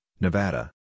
Nevada